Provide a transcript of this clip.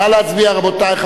נא להצביע, רבותי.